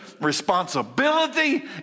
Responsibility